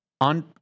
on